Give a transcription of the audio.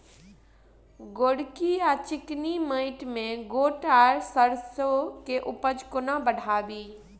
गोरकी वा चिकनी मैंट मे गोट वा सैरसो केँ उपज कोना बढ़ाबी?